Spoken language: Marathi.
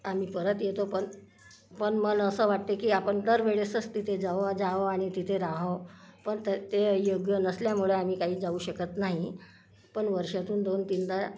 आम्ही परत येतो पण पण मन असं वाटते की आपण दरवेळेसच तिथे जावं जावं आणि तिथे राहावं पण त ते योग्य नसल्यामुळे आम्ही काही जाऊ शकत नाही पण वर्षातून दोन तीनदा